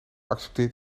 accepteert